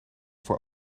voor